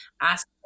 ask